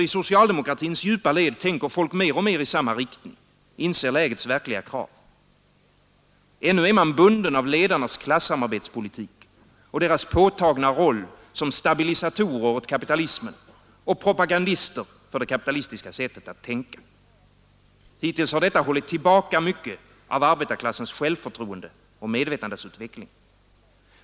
I socialdemokratins djupa led tänker folk mer och mer i samma riktning, inser lägets verkliga krav. Ännu är man bunden av ledarnas klassamarbetspolitik och deras påtagna roll som stabilisatorer åt kapitalismen och propagandister för det kapitalistiska sättet att tänka. Hittills har detta hållit tillbaka mycket av arbetarklassens självförtroende och medvetandesutveckling.